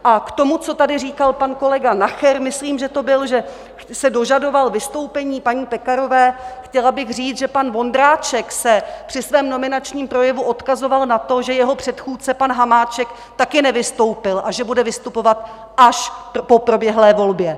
A k tomu, co tady říkal pan kolega Nacher myslím, že to byl, že se dožadoval vystoupení paní Pekarové: chtěla bych říct, že pan Vondráček se při svém nominačním projevu odkazoval na to, že jeho předchůdce pan Hamáček také nevystoupil a že bude vystupovat až po proběhlé volbě.